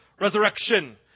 resurrection